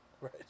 Right